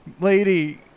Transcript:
lady